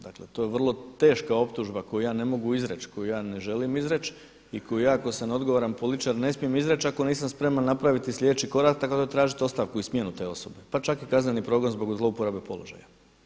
Dakle, to je vrlo teška optužba koju ja ne mogu izreći, koju ja ne želim izreći i koju ja ako sam odgovoran političar ne smijem izreći ako nisam spreman napraviti sljedeći korak tako da tražite ostavku i smjenu te osobe pa čak i kazneni progon zbog zlouporabe položaja.